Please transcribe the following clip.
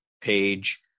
page